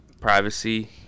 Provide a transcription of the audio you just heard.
privacy